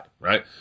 right